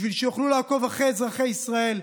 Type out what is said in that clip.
בשביל שיוכלו לעקוב אחרי אזרחי ישראל.